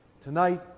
Tonight